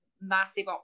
massive